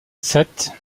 sept